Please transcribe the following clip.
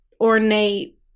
ornate